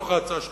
בתוך ההצעה שלך.